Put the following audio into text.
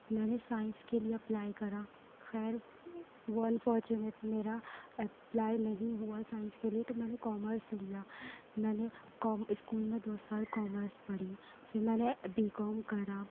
میں نے سائنس کے لئے اپلائی کرا خیر وہ انفارچونیچٹ میرا اپلائی نہیں ہوا سائنس کے لئے تو میں نے کامرس لیا میں نے اسکول میں دو سال کامرس پڑھی پھر میں نے بی کام کرا